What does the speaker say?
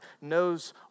knows